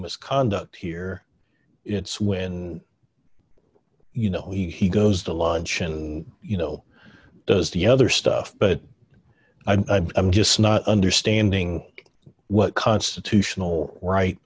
misconduct here it's when you know he goes to luncheon you know does the other stuff but i'm just not understanding what constitutional right